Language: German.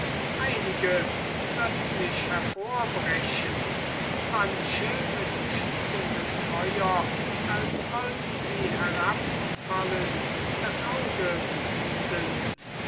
einige plötzlich hervorbrechend manche mit sprühendem feuer als wollten sie herabfallen das auge blendend